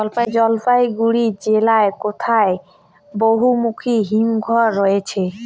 জলপাইগুড়ি জেলায় কোথায় বহুমুখী হিমঘর রয়েছে?